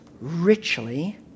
richly